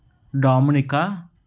Dominica